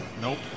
Nope